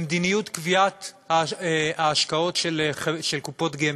במדיניות קביעת ההשקעות של קופות גמל,